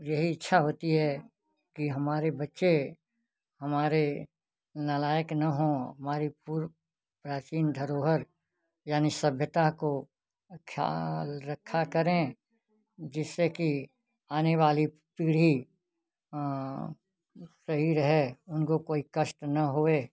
यही इच्छा होती है कि हमारे बच्चे हमारे नालायक ना हों हमारी पूर्व प्राचीन धरोहर यानी सभ्यता को ख्याल रखा करें जिससे कि आने वाली पीढ़ी सही रहे उनको कोई कष्ट ना होए